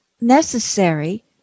necessary